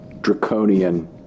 draconian –